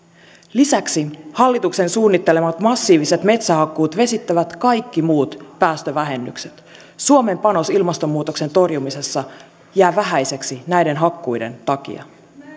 lisäksi hallituksen suunnittelemat massiiviset metsähakkuut vesittävät kaikki muut päästövähennykset suomen panos ilmastonmuutoksen torjumisessa jää vähäiseksi näiden hakkuiden takia